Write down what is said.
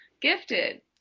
gifted